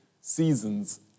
Seasons